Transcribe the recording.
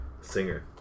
singer